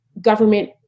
government